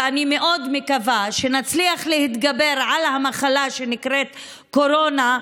אני מאוד מקווה שנצליח להתגבר על המחלה שנקראת "קורונה",